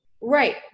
Right